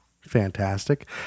fantastic